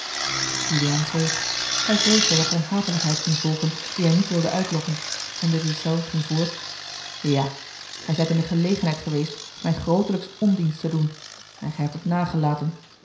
juliaan zweeg hij vreesde dat er een hatelijkheid ging volgen die hij niet wilde uitlokken en de ghiselles ging voort ja gij zijt in de gelegenheid geweest mij grootelijks ondienst te doen en gij hebt het nagelaten